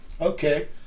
Okay